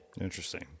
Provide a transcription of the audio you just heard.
Interesting